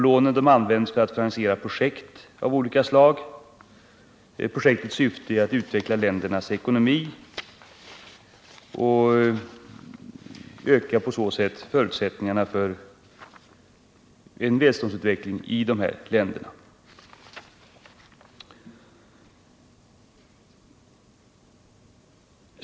Lånen används för att finansiera projekt av olika slag som har till syfte att utveckla ländernas ekonomi och på så sätt öka förutsättningarna för en välståndsutveckling i länderna.